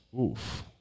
Oof